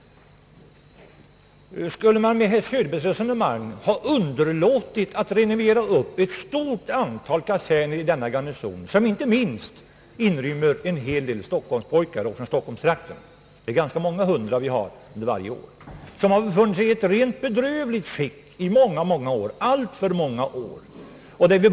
Enligt herr Söderbergs resonemang skulle man ha underlåtit att renovera ett stort antal kaserner i denna garnison som inte minst inrymmer en hel del stockholmspojkar och pojkar från stockholmstrakten — det är ganska många hundra sådana, som varje år kommer till dessa kaserner, vilka befunnit sig i ett bedrövligt skick under alltför många år.